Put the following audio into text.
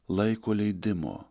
laiko leidimo